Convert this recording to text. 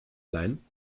leihen